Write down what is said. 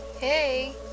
Hey